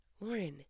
Lauren